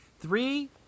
Three